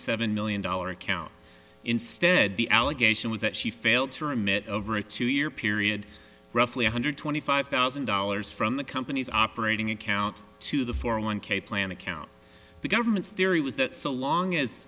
seven million dollar account instead the allegation was that she failed to remit over a two year period roughly one hundred twenty five thousand dollars from the company's operating account to the four one k plan account the government's theory was that so long as